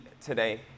today